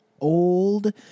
old